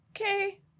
okay